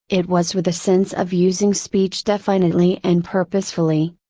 it was with the sense of using speech definitely and purposefully,